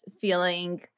feeling